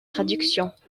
traductions